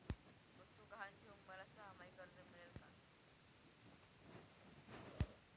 वस्तू गहाण ठेवून मला सहामाही कर्ज मिळेल का?